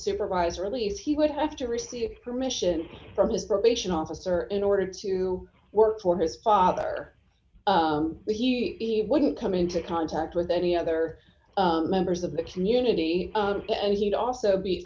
supervisor at least he would have to receive permission from his probation officer in order to work for his father he wouldn't come into contact with any other members of the community and he'd also be